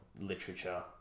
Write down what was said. literature